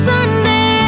Sunday